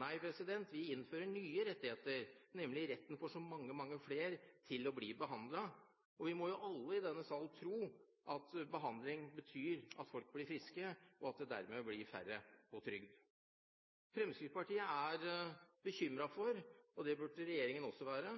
Nei, vi innfører ny rettighet, nemlig retten for så mange, mange flere til å bli behandlet. Og vi må jo alle i denne sal tro på at behandling betyr at folk blir friske, og at det dermed blir færre på trygd. Fremskrittspartiet er bekymret for, og det burde regjeringen også være,